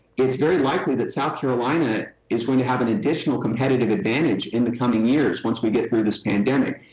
it's very likely that south carolina is going to have an additional competitive advantage in the coming years once we get through this pandemic.